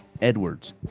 Edwards